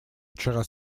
вчера